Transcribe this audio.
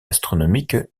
astronomique